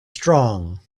strong